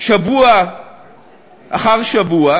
שבוע אחר שבוע,